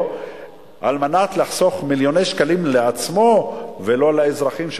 על מנת לחסוך מיליוני שקלים לעצמו ולא לאזרחים שאמורים,